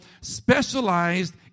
specialized